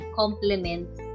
complements